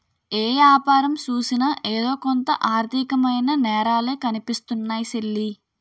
ఏ యాపారం సూసినా ఎదో కొంత ఆర్దికమైన నేరాలే కనిపిస్తున్నాయ్ సెల్లీ